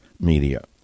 media